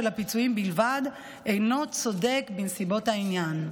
הפיצויים בלבד אינו צודק בנסיבות העניין.